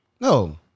No